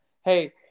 hey